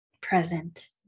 present